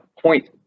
point